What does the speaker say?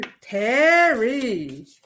Terry